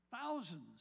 Thousands